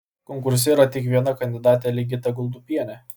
konkurse yra tik viena kandidatė ligita guldupienė